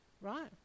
Right